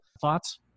thoughts